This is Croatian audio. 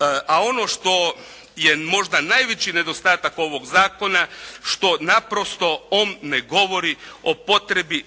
A ono što je možda najveći nedostatak ovog zakona što naprosto on ne govori o potrebi